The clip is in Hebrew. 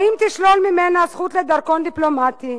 האם תשלול ממנה את הזכות לדרכון דיפלומטי?